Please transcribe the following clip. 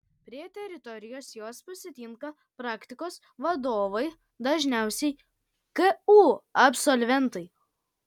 prie teritorijos juos pasitinka praktikos vadovai dažniausiai ku absolventai